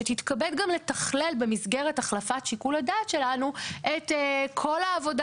שתתכבד גם לתכלל במסגרת החלפת שיקול הדעת שלנו את כל העבודה